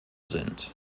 sind